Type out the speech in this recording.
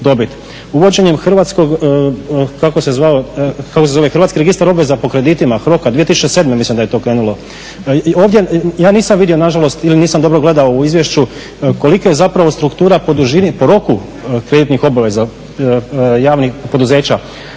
Uvođenjem hrvatskog registra obveza po kreditima HROK-a 2007. mislim da je to krenulo, ovdje ja nisam vidio nažalost ili nisam dobro gledao u izvješću kolika je zapravo struktura po dužini, po roku kreditnih obveza javnih poduzeća,